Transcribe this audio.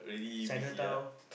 Chinatown